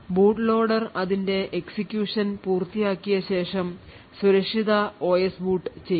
boot loader അതിന്റെ execution പൂർത്തിയാക്കിയ ശേഷം സുരക്ഷിത OS ബൂട്ട് ചെയ്യുന്നു